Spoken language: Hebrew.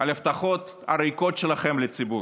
על ההבטחות הריקות שלכם לציבור,